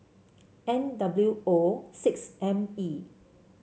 N W O six M E